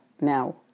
now